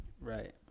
Right